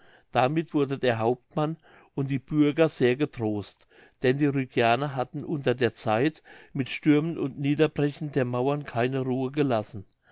damit wurden der hauptmann und die bürger sehr getrost denn die rügianer hatten unter der zeit mit stürmen und niederbrechen der mauern keine ruhe gelassen